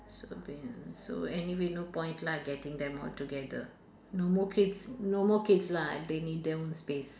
so so anyway no point lah getting them all together no more kids no more kids lah they need their own space